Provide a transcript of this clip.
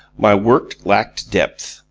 my work lacked depth.